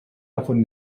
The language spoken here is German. davon